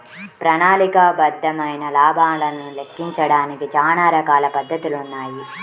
ప్రణాళికాబద్ధమైన లాభాలను లెక్కించడానికి చానా రకాల పద్ధతులున్నాయి